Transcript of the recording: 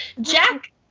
Jack